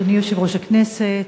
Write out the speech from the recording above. אדוני יושב-ראש הכנסת,